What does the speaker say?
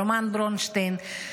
רומן ברונשטיין,